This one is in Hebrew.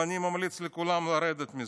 ואני ממליץ לכולם לרדת מזה.